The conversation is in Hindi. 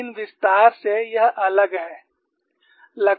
लेकिन विस्तार से यह अलग है